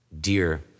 dear